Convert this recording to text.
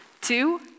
Two